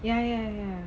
ya ya ya